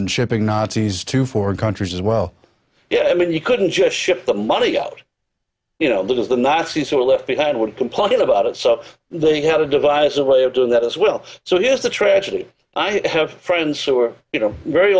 and shipping nazis to foreign countries as well yeah i mean you couldn't just ship the money out you know that was the nazis who were left behind would complain about it so they had to devise a way of doing that as well so here's the tragedy i have friends who are you know very